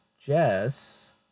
Jess